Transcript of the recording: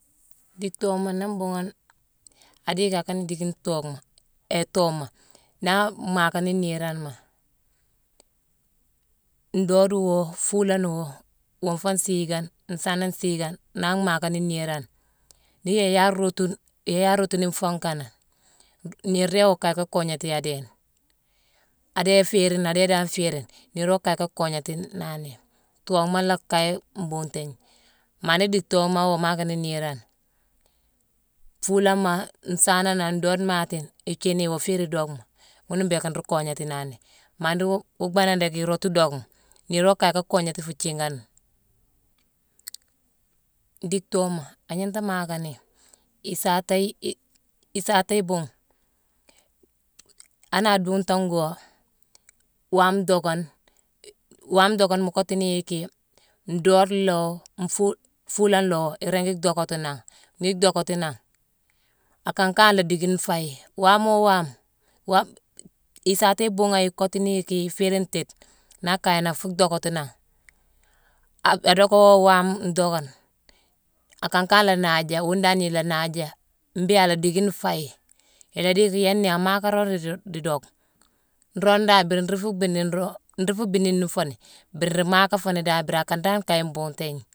Dick tooma nii mbhuughune adii yicki akana dickine tookhma, hé tooma, naa a mhaakani niiranema, ndoode woo fuulane woo, wonfane siigane, nsaanone siigane, naa amhaakani niirane, nii yééwoyé arootune-yééya rootuni fuunkanane, niir déé woo kaye ka koognééti adééne. Adéé féérine, adéé dan féérine. Niir woo kaye ka kognééti naani. Tooma nlhaa kaye mbuutééji. Maa nii dick tooma woo mhaakani niirane, fuulama, nsaananowu, ndoode maati, ithiini, iwoo féérine dockma. Ghuna mbhiiké nruu kognééti naani. Maa nii wuu baadane déck irootu dockma, niir woo kaye ka koognééti fuu thiigane. Dick tooma, agniinté mhaakani isaaté- i- isaaté ibhuugh. Ane a duuntane gwoo waame dockane waame dockane, mu kottu ni yicki ndoode la woo, nfuule- fuulane la woo iringi dhockati angh. Nii idhockati nangh, akankane la dickine faye. Waamo waame-waame-isaaté ibhuughéye kottu ni yicki iféérine ntiide, naa akaye nangh fuu dhockati nangh. Adooko waame ndhoogane, akankagh laa naaja, wuune dan ila naaja. Mbéé, ala dickine faye. Ila dii yicki yééne nnéé amaaka rooni dii dock, nroog dan biiri nruu fuu biindine nroo- nruu biindini foo ni. Mbiiri nruu maaka fooni dan mbiiri akan dan kaye mbuutééjii.